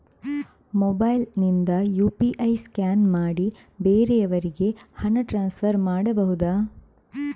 Mobile ನಿಂದ UPI scan ಮಾಡಿ ಬೇರೆಯವರಿಗೆ ಹಣ ಟ್ರಾನ್ಸ್ಫರ್ ಮಾಡಬಹುದ?